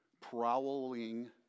prowling